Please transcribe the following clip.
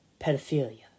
pedophilia